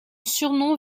surnom